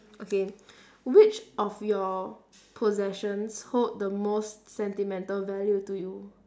okay which of your possessions hold the most sentimental value to you